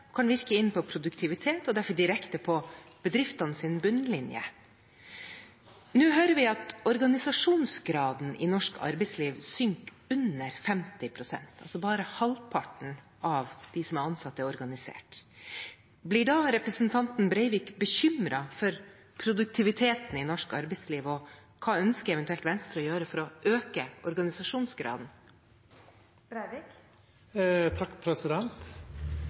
kan virke inn på produktivitet – og derfor direkte på bedriftenes bunnlinje. Nå hører vi at organisasjonsgraden i norsk arbeidsliv synker til under 50 pst. Bare halvparten av dem som er ansatt, er organisert. Blir representanten Breivik da bekymret for produktiviteten i norsk arbeidsliv, og hva ønsker Venstre eventuelt å gjøre for å øke organisasjonsgraden?